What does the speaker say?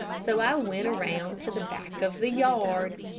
so i went around to the back of the yard.